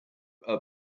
are